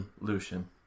Lucian